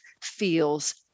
feels